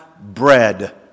bread